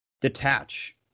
detach